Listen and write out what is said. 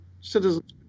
citizens